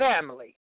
family